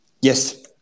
Yes